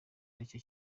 aricyo